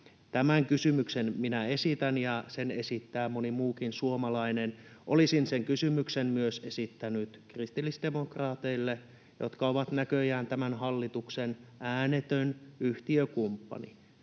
Tämän kysymyksen minä esitän, ja sen esittää moni muukin suomalainen. Olisin sen kysymyksen esittänyt myös kristillisdemokraateille, jotka ovat näköjään tämän hallituksen äänetön yhtiökumppani.